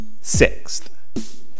Sixth